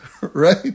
right